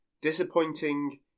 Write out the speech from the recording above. disappointing